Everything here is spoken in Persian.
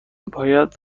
باید